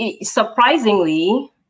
surprisingly